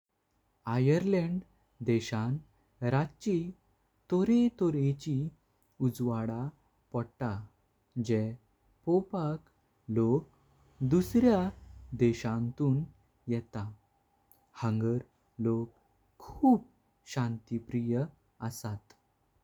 Ireland देशान राची तोरेह तोरेची उजवड प़ोवऩता। जॆ प़ोवपाक लोग दुसऱ्या देशांतुन येता। हांगळ लोग खूप शांतिप्रिय असतात।